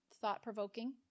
thought-provoking